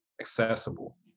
accessible